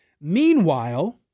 Meanwhile